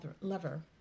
lever